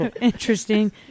Interesting